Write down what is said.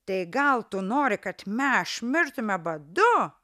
tai gal tu nori kad mes mirtume badu